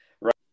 right